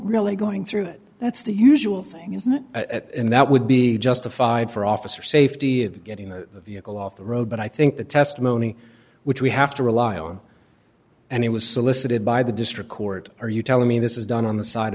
really going through it that's the usual thing isn't it and that would be justified for officer safety of getting the vehicle off the road but i think the testimony which we have to rely on and it was solicited by the district court are you telling me this is done on the side of